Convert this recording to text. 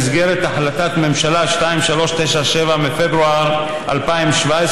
במסגרת החלטת ממשלה מס' 2397 מפברואר 2017,